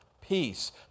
peace